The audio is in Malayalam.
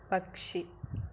പക്ഷി